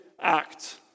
act